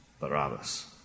Barabbas